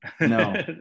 No